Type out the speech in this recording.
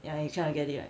ya you kind of get it right